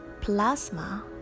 plasma